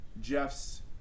Jeff's